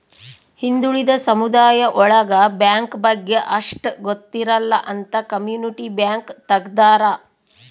ಹಿಂದುಳಿದ ಸಮುದಾಯ ಒಳಗ ಬ್ಯಾಂಕ್ ಬಗ್ಗೆ ಅಷ್ಟ್ ಗೊತ್ತಿರಲ್ಲ ಅಂತ ಕಮ್ಯುನಿಟಿ ಬ್ಯಾಂಕ್ ತಗ್ದಾರ